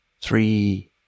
Three